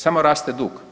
Samo raste dug.